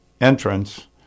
entrance